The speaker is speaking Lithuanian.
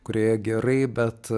kurioje gerai bet